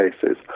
cases